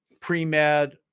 pre-med